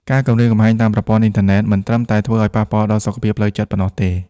ការគំរាមកំហែងតាមប្រព័ន្ធអ៊ីនធឺណិតមិនត្រឹមតែធ្វើឲ្យប៉ះពាល់ដល់សុខភាពផ្លូវចិត្តប៉ុណ្ណោះទេ។